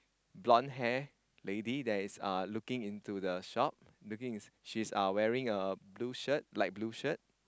blond hair lady that is uh looking into the shop looking in she's uh wearing a blue shirt light blue shirt